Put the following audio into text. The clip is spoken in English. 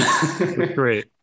Great